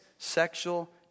Sexual